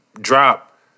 drop